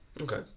Okay